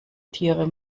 tiere